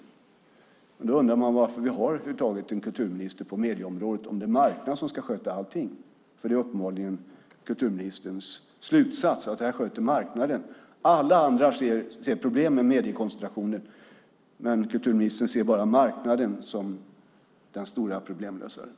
Men om det är marknaden som ska sköta allting undrar man varför vi har en kulturminister på medieområdet. För kulturministerns slutsats är uppenbarligen att marknaden sköter det här. Alla andra ser problem med mediekoncentrationen, men kulturministern ser bara marknaden som den stora problemlösaren.